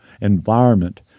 environment